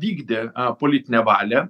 vykdė politinę valią